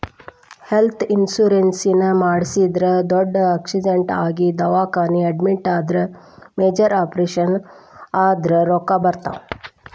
health insurance ಮಾಡಿಸಿದ್ರ ದೊಡ್ಡ್ accident ಆಗಿ ದವಾಖಾನಿ ಅಡ್ಮಿಟ್ ಆದ್ರ ಮೇಜರ್ ಆಪರೇಷನ್ ಆದ್ರ ರೊಕ್ಕಾ ಬರ್ತಾವ